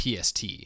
PST